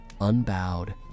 unbowed